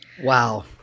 Wow